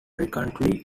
reluctantly